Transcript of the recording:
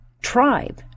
Tribe